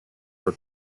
for